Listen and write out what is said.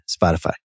Spotify